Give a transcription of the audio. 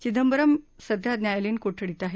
चिंदबरम् सध्या न्यायालयीन कोठडीत आहेत